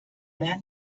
then